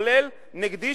כולל נגדי,